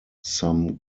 some